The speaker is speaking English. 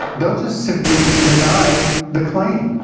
they'll just simply deny the claim.